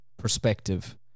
perspective